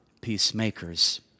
peacemakers